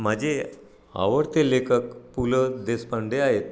माझे आवडते लेखक पु ल देशपांडे आहेत